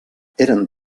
eren